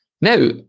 Now